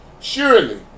Surely